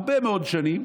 הרבה מאוד שנים